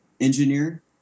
engineer